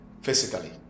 physically